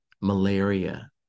malaria